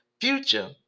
future